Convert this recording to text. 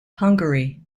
hungary